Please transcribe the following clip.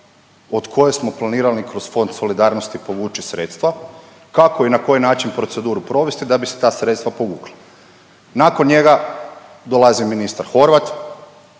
od koje smo planirali kroz Fond solidarnosti povući sredstva, kako i na koji način proceduru provesti da bi se ta sredstva povukla. Nakon njega dolazi ministar Horvat,